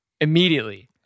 immediately